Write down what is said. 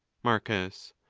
marcus.